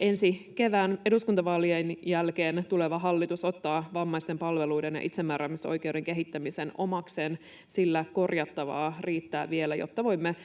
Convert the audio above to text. ensi kevään eduskuntavaalien jälkeen tuleva hallitus ottaa vammaisten palveluiden ja itsemääräämisoikeuden kehittämisen omakseen, sillä korjattavaa riittää vielä, jotta voimme